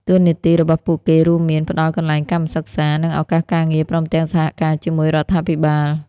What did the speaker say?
តួនាទីរបស់ពួកគេរួមមាន ផ្តល់កន្លែងកម្មសិក្សា និងឱកាសការងារ ព្រមទាំងសហការជាមួយរដ្ឋាភិបាល។